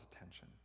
attention